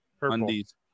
undies